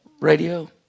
Radio